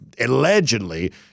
allegedly